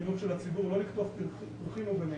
חינוך של הציבור לא לקטוף פרחים מוגנים